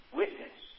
witness